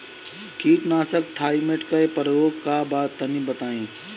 कीटनाशक थाइमेट के प्रयोग का बा तनि बताई?